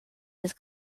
his